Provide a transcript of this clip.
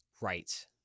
Right